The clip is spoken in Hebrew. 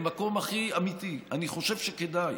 ממקום הכי אמיתי: אני חושב שכדאי.